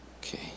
Okay